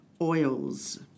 oils